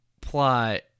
plot